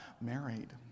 married